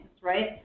right